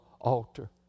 altar